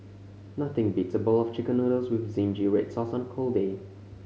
nothing beats a bowl of Chicken Noodles with zingy red sauce on a cold day